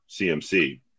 CMC